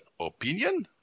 Opinion